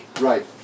Right